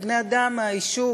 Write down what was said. בני-אדם מהיישוב,